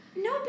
no